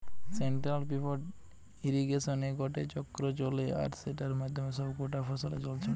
central pivot ইর্রিগেশনে গটে চক্র চলে আর সেটার মাধ্যমে সব কটা ফসলে জল ছড়ায়